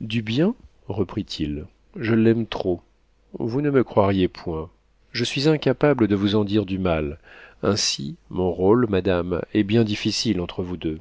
du bien reprit-il je l'aime trop vous ne me croiriez point je suis incapable de vous en dire du mal ainsi mon rôle madame est bien difficile entre vous deux